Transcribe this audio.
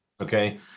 okay